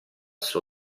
suo